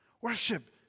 Worship